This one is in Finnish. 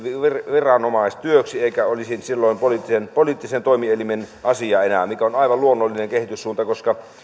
viranomaistyöksi eikä olisi silloin poliittisen toimielimen asia enää mikä on aivan luonnollinen kehityssuunta koska